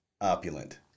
opulent